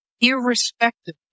irrespective